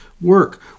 work